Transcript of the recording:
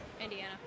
Indiana